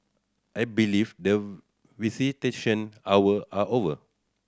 I believe the visitation hour are over